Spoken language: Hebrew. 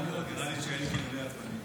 נראה לי שאלקין עולה עצבני.